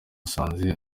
twahasanze